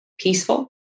peaceful